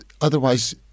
Otherwise